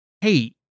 hey